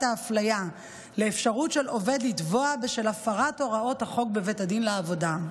האפליה לאפשרות של עובד לתבוע בשל הפרת הוראות החוק בבית הדין לעבודה.